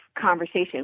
conversation